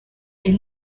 est